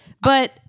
But-